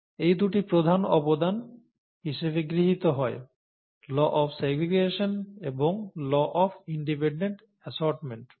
এই দুটি প্রধান অবদান হিসাবে গৃহীত হয় 'ল অফ সিগ্রেগেশন' এবং 'ল অফ ইন্ডিপেন্ডেন্ট অ্যাশর্টমেন্ট'